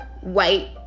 white